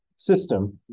system